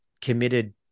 committed